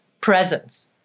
presence